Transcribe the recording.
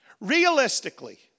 Realistically